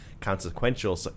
consequential